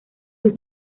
sus